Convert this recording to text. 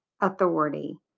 authority